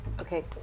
Okay